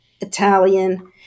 Italian